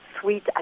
sweet